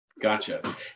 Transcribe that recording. Gotcha